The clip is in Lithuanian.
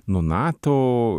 nuo nato